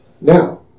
Now